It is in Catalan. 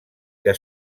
que